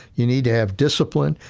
you need to have discipline,